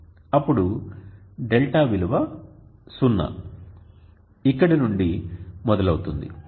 అప్పుడు δ విలువ 0 ఇక్కడి నుండి మొదలవుతోంది